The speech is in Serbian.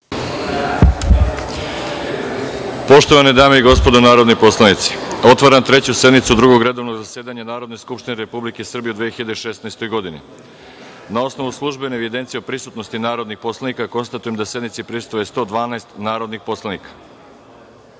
Poštovane dame i gospodo narodni poslanici, otvaram Treću sednicu Drugog redovnog zasedanja Narodne skupštine Republike Srbije u 2016. godini. Na osnovu službene evidencije o prisutnosti narodnih poslanika, konstatujem da sednici prisustvuje 112 narodnih poslanika. Podsećam